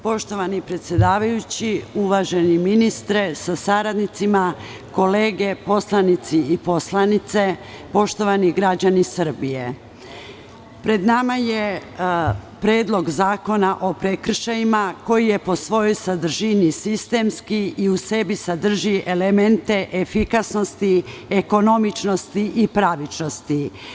Poštovani predsedavajući, uvaženi ministre sa saradnicima, kolege poslanici i poslanice, poštovani građani Srbije, pred nama je Predlog zakona o prekršajima, koji je po svojoj sadržini sistemski i u sebi sadrži elemente efikasnosti, ekonomičnosti i pravičnosti.